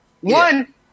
One